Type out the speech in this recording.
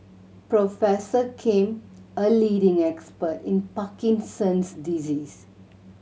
Professor Kim a leading expert in Parkinson's disease